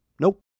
Nope